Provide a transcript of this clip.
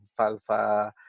salsa